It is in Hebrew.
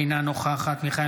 אינה נוכחת מיכאל